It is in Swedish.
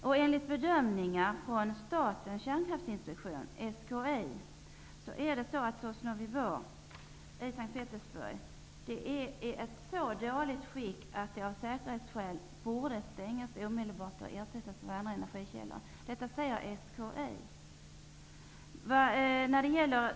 Petersburg i så dåligt skick att det av säkerhetsskäl bör stängas omedelbart och ersättas med andra energikällor.